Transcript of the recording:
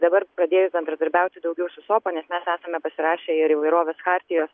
dabar pradėjus bendradarbiauti daugiau su sopa nes mes esame pasirašę ir įvairovės chartijos